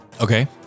Okay